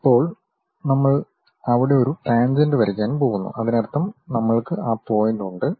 ഇപ്പോൾ നമ്മൾ അവിടെ ഒരു ടാൻജെന്റ് വരയ്ക്കാൻ പോകുന്നു അതിനർത്ഥം നമ്മൾക്ക് ആ പോയിന്റുണ്ട്